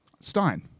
Stein